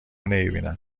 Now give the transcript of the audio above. نمیبینن